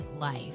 life